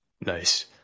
Nice